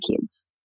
kids